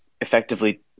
effectively